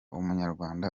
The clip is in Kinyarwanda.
umunyarwanda